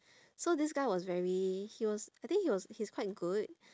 so this guy was very he was I think he was he's quite good